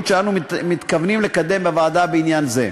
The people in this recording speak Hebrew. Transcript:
שאנו מתכוונים לקדם בוועדה בעניין זה.